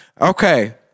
Okay